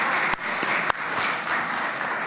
(מחיאות כפיים)